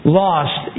lost